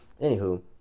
anywho